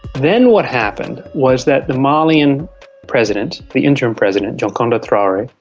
then what happened, was that the malian president, the interim president, dioncounda traore,